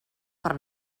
per